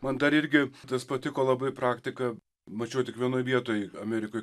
man dar irgi tas patiko labai praktika mačiau tik vienoj vietoj amerikoj